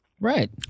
Right